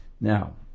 Now